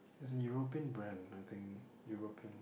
is an European brand I think European